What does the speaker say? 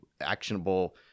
actionable